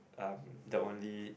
um the only